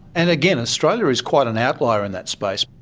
and again, australia is quite an outlier in that space.